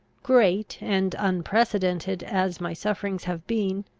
great and unprecedented as my sufferings have been,